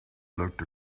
looked